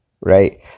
right